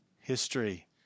History